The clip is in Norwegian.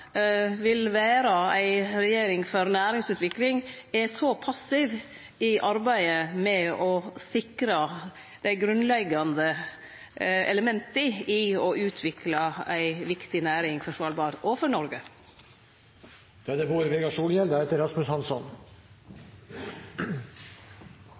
vil vere ei regjering for næringsutvikling, er så passiv i arbeidet med å sikre dei grunnleggjande elementa i å utvikle ei viktig næring for Svalbard – og for Noreg. Svalbard-samfunnet er for det